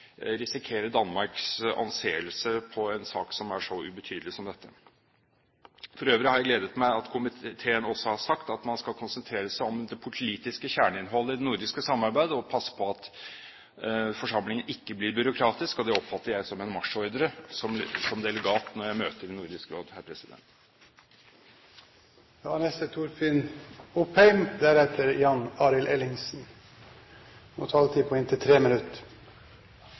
Danmarks anseelse på en sak som er så ubetydelig som denne. For øvrig har det gledet meg at komiteen også har sagt at man skal konsentrere seg om det politiske kjerneinnholdet i det nordiske samarbeidet og passe på at forsamlingen ikke blir byråkratisk. Det oppfatter jeg som en marsjordre som delegat når jeg møter i Nordisk Råd.